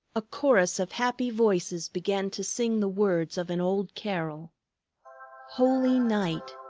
a chorus of happy voices began to sing the words of an old carol holy night!